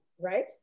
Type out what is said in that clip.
right